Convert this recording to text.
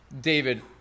David